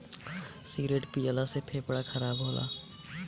cigarette पियला से फेफड़ा खराब होला